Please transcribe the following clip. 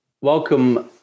Welcome